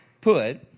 put